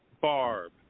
barb